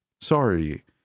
Sorry